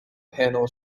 panel